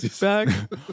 back